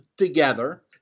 together